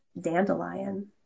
dandelion